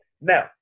Now